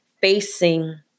facing